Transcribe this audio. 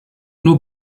nur